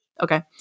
Okay